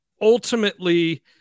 ultimately